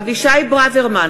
אבישי ברוורמן,